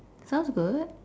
sounds good